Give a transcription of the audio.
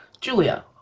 Julia